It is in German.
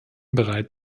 bereit